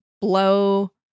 blow